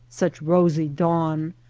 such rosy dawn,